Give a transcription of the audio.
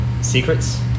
Secrets